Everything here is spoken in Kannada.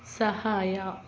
ಸಹಾಯ